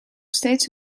steeds